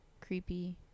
creepy